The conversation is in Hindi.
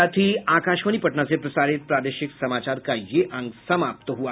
इसके साथ ही आकाशवाणी पटना से प्रसारित प्रादेशिक समाचार का ये अंक समाप्त हुआ